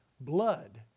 blood